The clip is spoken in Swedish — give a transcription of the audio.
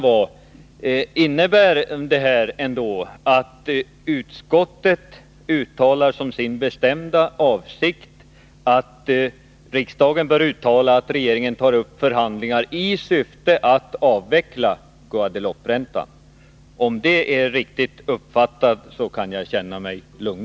Min fråga är: Innebär detta ändå att utskottet uttalar som sin bestämda avsikt att riksdagen bör uttala att regeringen tar upp förhandlingar i syfte att avveckla Guadelouperäntan? Om det är riktigt uppfattat kan jag känna mig lugn.